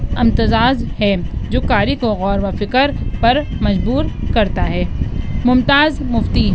امتزاج ہے جو قاری کو غور و فکر پر مجبور کرتا ہے ممتاز مفتی